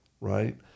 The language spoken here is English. right